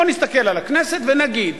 בואו נסתכל על הכנסת ונגיד: